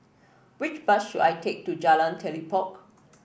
which bus should I take to Jalan Telipok